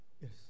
Yes